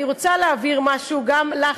אני רוצה להבהיר משהו גם לך,